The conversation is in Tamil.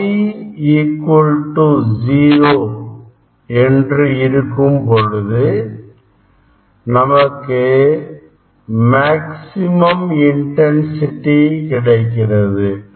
∅ 0 இருக்கும் பொழுது நமக்கு மேக்சிமம் இன்டன்சிடி கிடைக்கிறது